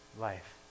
life